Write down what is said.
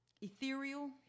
ethereal